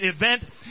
event